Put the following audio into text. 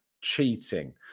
cheating